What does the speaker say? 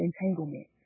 entanglement